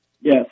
Yes